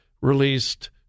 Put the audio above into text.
released